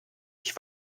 ich